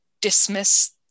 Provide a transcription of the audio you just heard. dismiss